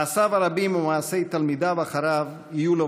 מעשיו הרבים ומעשי תלמידיו אחריו יהיו לו